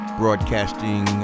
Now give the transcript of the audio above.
broadcasting